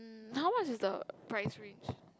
mm how much is the price range